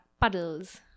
puddles